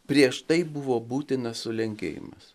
prieš tai buvo būtinas sulenkėjimas